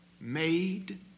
made